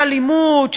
של אלימות,